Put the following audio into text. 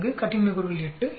4 கட்டின்மை கூறுகள் 8